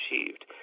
achieved